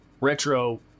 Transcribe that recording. Retro